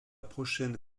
prochaine